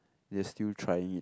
they are still trying it